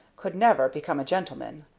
could never become a gentleman.